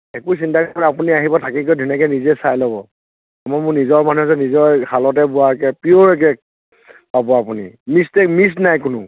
একো চিন্তাই কৰিব নালাগে আপুনি আহিব থাকি কৰি ধুনীয়াকৈ নিজে চাই ল'ব মই মোৰ নিজৰ মানুহ যে নিজৰ শালতে বোৱাকে পিঅ'ৰকে পাব আপুনি মিক্স যে মিক্স নাই কোনো